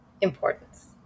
Importance